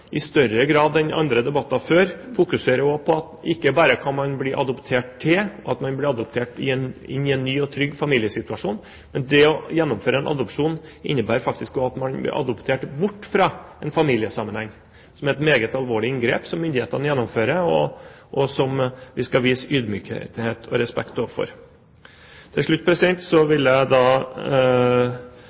i større grad enn i andre debatter før fokuserer på at man ikke bare kan bli adoptert til – at man blir adoptert inn i en ny og trygg familiesituasjon – men at det å gjennomføre en adopsjon faktisk også innebærer at man blir adoptert bort fra en familiesammenheng, som er et meget alvorlig inngrep myndighetene gjennomfører, og som vi skal vise ydmykhet og respekt overfor. Til slutt vil jeg